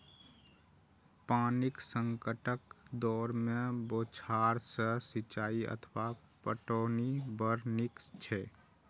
पानिक संकटक दौर मे बौछार सं सिंचाइ अथवा पटौनी बड़ नीक छै